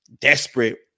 desperate